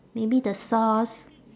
maybe the sauce